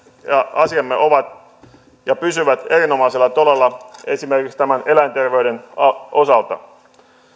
asiamme ovat ja pysyvät erinomaisella tolalla esimerkiksi tämän eläinterveyden osalta